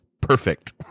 perfect